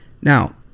Now